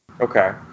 Okay